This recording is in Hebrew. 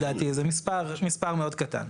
לדעתי זה מספר מאוד קטן.